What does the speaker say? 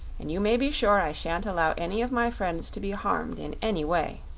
and you may be sure i shan't allow any of my friends to be harmed in any way.